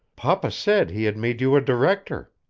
papa said he had made you a director.